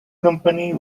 company